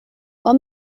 what